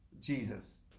Jesus